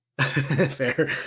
Fair